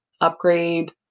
upgrade